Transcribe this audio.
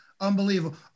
Unbelievable